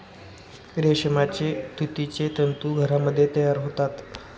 रेशमाचे तुतीचे तंतू घरामध्ये तयार होतात